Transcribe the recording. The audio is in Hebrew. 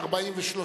43,